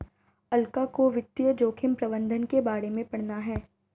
अलका को वित्तीय जोखिम प्रबंधन के बारे में पढ़ना है